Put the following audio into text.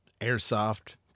airsoft